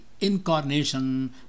incarnation